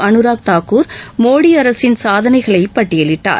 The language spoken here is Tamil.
அனுராக் தாகூர் மோடி அரசின் சாதனைகளை பட்டியலிட்டார்